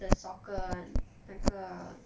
the soccer [one] 那个